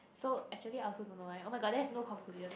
so actually I also don't know eh oh-my-god then that's no conclusion